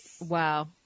Wow